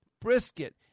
brisket